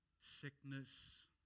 sickness